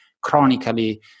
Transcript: chronically